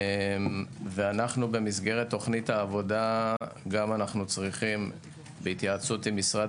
אנחנו במסגרת תוכנית העבודה גם צריכים בהתייעצות עם משרד